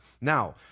now